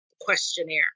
questionnaire